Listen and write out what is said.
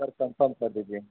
sir confirm कर दीजिए